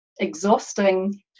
exhausting